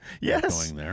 Yes